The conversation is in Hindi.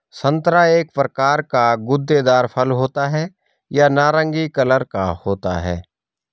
संतरा एक प्रकार का गूदेदार फल होता है यह नारंगी कलर का होता है